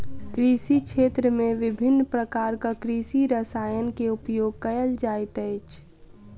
कृषि क्षेत्र में विभिन्न प्रकारक कृषि रसायन के उपयोग कयल जाइत अछि